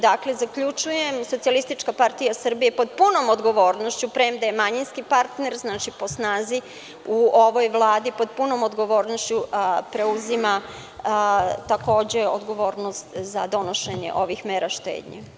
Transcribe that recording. Dakle, zaključujem, Socijalistička partija Srbije pod punom odgovornošću, premda je manjinski partner po snazi u ovoj Vladi, preuzima takođe odgovornost za donošenje ovih mera štednje.